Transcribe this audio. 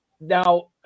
Now